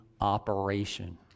operation